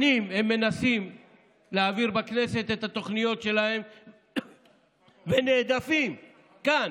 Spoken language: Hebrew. שנים הם מנסים להעביר בכנסת את התוכניות שלהם ונהדפים כאן